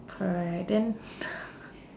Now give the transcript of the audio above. correct then